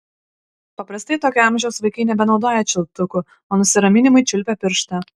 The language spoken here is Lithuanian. paprastai tokio amžiaus vaikai nebenaudoja čiulptukų o nusiraminimui čiulpia pirštą